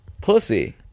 pussy